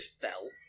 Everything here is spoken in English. fell